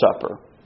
Supper